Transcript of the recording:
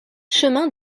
chemin